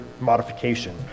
modification